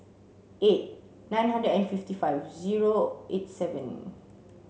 eight nine hundred and fifty five zero eight seven